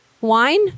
Wine